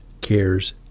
cares